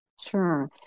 Sure